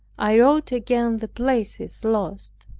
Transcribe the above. i wrote again the places lost.